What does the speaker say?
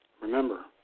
Remember